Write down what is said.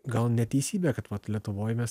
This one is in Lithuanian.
gal neteisybė kad vat lietuvoj mes